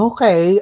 Okay